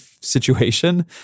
situation